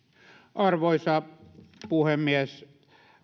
arvoisa puhemies